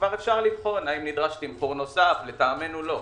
כבר אפשר לבחון האם נדרש תמחור נוסף לטעמנו לא,